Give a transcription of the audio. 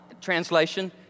Translation